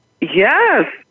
Yes